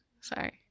Sorry